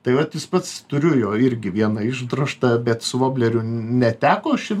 tai vat jis pats turiu jo irgi vieną išdrožtą bet su vobleriu neteko ši